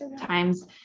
times